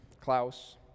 Klaus